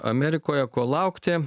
amerikoje ko laukti